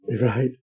Right